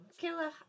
Kayla